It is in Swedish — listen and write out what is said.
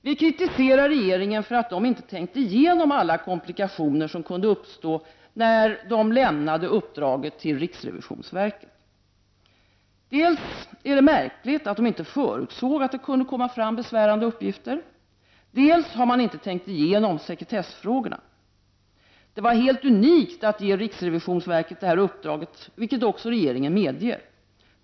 Vi kritiserar regeringen för att man inte tänkte igenom alla komplikationer som kunde uppstå när man lämnade uppdraget till RRV. Dels är det märkligt att man inte förutsåg att det kunde komma fram besvärande uppgifter, dels hade man inte tänkt igenom sekretessfrågorna. Det var helt unikt att ge RRV detta uppdrag, vilket regeringen också medger.